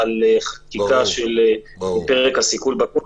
על חקיקה של פרק הסיכול בקודקס.